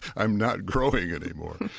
i'm not growing anymore.